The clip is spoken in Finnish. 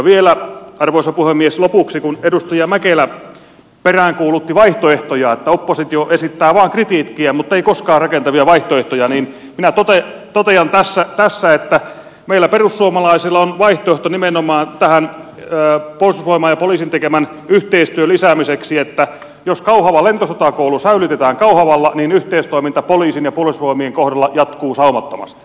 vielä arvoisa puhemies lopuksi kun edustaja mäkelä peräänkuulutti vaihtoehtoja että oppositio esittää vain kritiikkiä mutta ei koskaan rakentavia vaihtoehtoja niin minä totean tässä että meillä perussuomalaisilla on vaihtoehto nimenomaan tämän puolustusvoimien ja poliisin tekemän yhteistyön lisäämiseksi että jos kauhavan lentosotakoulu säilytetään kauhavalla niin yhteistoiminta poliisin ja puolustusvoimien kohdalla jatkuu saumattomasti